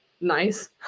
nice